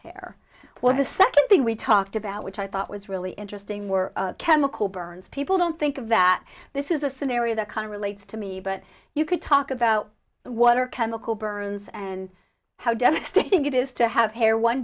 the second thing we talked about which i thought was really interesting were chemical burns people don't think of that this is a scenario that kind of relates to me but you could talk about what are chemical burns and how devastating it is to have hair one